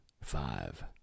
five